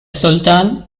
sultan